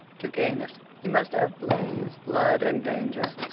to gain it, he must have blaze, blood, and danger,